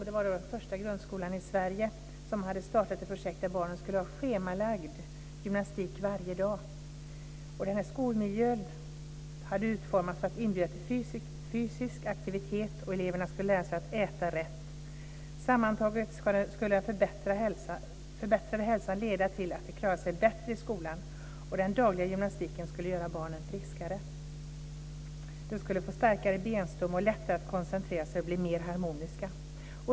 Det var den första grundskola i Sverige som hade startat ett projekt där barnen skulle ha schemalagd gymnastik varje dag. Skolmiljön hade utformats för att inbjuda till fysisk aktivitet, och eleverna skulle lära sig att äta rätt. Sammantaget skulle förbättrad hälsa leda till att de klarade sig bättre i skolan, och den dagliga gymnastiken skulle göra barnen friskare. De skulle få starkare benstomme och få lättare att koncentrera sig och bli mer harmoniska.